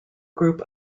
group